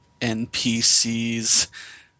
NPCs